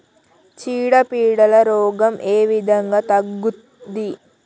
చీడ పీడల రోగం ఏ విధంగా తగ్గుద్ది?